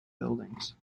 buildings